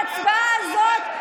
בהצבעה הזאת,